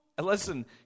Listen